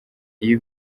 iyo